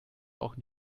auch